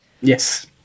yes